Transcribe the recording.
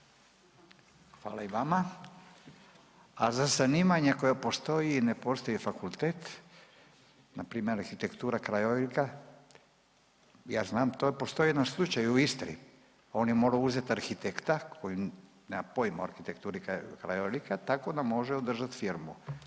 Hvala i vama. A za zanimanje koje postoji, ne postoji fakultet, npr. arhitektura krajolika. Ja znam to, postoji jedan slučaj u Istri, on je moro uzet arhitekta koji nema pojma o arhitekturi krajolika, tako da može održat firmu,